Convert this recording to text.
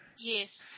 Yes